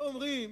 אומרים